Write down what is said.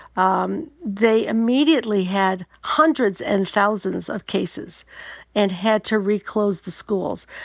um they immediately had hundreds and thousands of cases and had to reclose the schools.